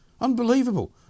Unbelievable